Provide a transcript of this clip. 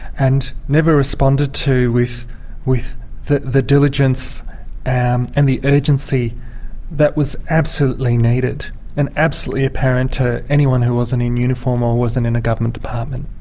and never responded to with with the the diligence and and the urgency that was absolutely needed and absolutely apparent to anyone who wasn't in uniform or wasn't in a government department.